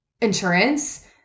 insurance